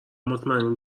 مطمئنیم